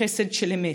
לחסד של אמת.